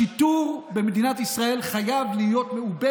השיטור במדינת ישראל חייב להיות מעובה